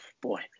boy